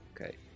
Okay